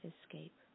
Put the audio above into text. escape